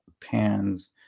pans